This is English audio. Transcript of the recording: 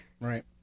Right